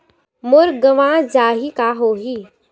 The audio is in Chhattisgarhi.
मोर गंवा जाहि का होही?